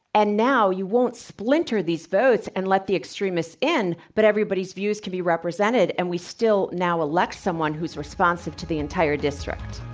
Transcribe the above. and now you won't splinter these votes and let the extremists in. but everybody's views to be represented. and we still now elect someone who's responsive to the entire districts.